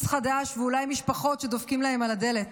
חדש ואולי משפחות שדופקים להן על הדלת,